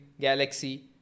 Galaxy